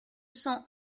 cent